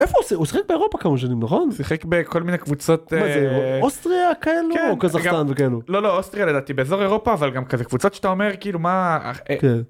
איפה עושה הוא שיחק באירופה כמה שנים נכון שיחק בכל מיני קבוצות אוסטריה כאילו לא לא אוסטריה לדעתי באזור אירופה אבל גם כזה קבוצות שאתה אומר כאילו מה.